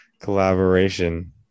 collaboration